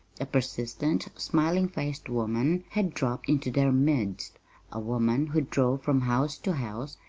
a persistent, smiling-faced woman had dropped into their midst a woman who drove from house to house,